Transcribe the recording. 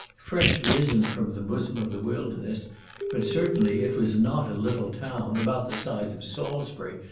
fresh risen from the bosom of the wilderness, but certainly it was not a little town, about the size of salisbury,